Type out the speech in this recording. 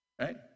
Right